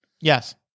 Yes